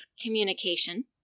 communication